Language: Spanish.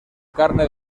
carne